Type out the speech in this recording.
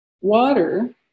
water